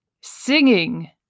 singing